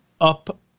up